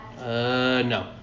no